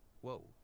Whoa